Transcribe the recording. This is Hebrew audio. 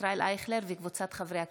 ישראל אייכלר וקבוצת חברי הכנסת.